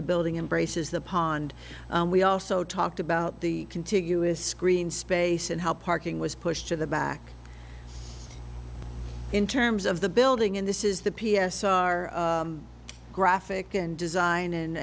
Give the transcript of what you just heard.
the building embraces the pond we also talked about the contiguous green space and how parking was pushed to the back in terms of the building and this is the p s r graphic and design and